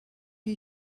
you